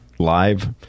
live